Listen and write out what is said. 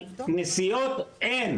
על נסיעות אין.